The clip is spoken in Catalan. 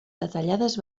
detallades